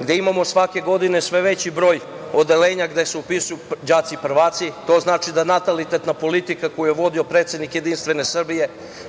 gde imamo svake godine sve veći broj odeljenja gde se upisuju đaci prvaci. To znači da je natalitetna politika koju je vodio predsednik JS